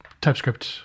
TypeScript